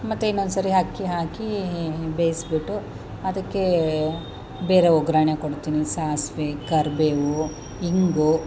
ಮತ್ತೆ ಇನ್ನೊಂದ್ಸರಿ ಅಕ್ಕಿ ಹಾಕಿ ಬೇಯಿಸ್ಬಿಟ್ಟು ಅದಕ್ಕೆ ಬೇರೆ ಒಗ್ಗರಣೆ ಕೊಡ್ತೀನಿ ಸಾಸಿವೆ ಕರಿಬೇವು ಇಂಗು